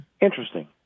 Interesting